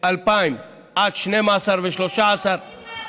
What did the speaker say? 2,000 עד 12,000 ו-13,000,